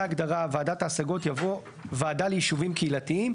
ההגדרה "ועדת ההשגות" יבוא: ""ועשה ליישובים קהילתיים"